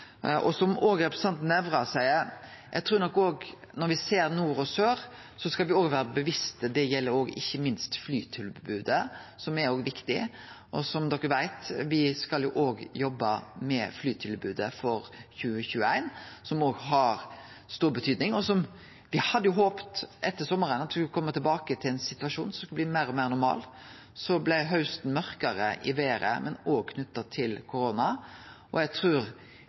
Som òg representanten Nævra seier: Eg trur nok at når me ser nord og sør, skal me vere bevisste. Det gjeld ikkje minst flytilbodet, som òg er viktig. Som alle veit, skal me òg jobbe med flytilbodet for 2021, som har stor betyding. Me hadde håpt at me etter sommaren skulle kome tilbake til ein situasjon som skulle bli meir og meir normal. Så blei hausten mørkare i vêret, men òg knytt til korona, og eg trur